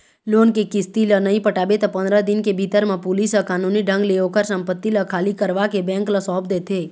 loan के किस्ती ल नइ पटाबे त पंदरा दिन के भीतर म पुलिस ह कानूनी ढंग ले ओखर संपत्ति ल खाली करवाके बेंक ल सौंप देथे